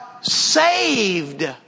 saved